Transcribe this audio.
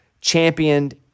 championed